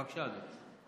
בבקשה, אדוני.